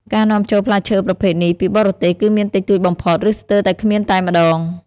ការនាំចូលផ្លែឈើប្រភេទនេះពីបរទេសគឺមានតិចតួចបំផុត ឬស្ទើរតែគ្មានតែម្តង។